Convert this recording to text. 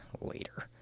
later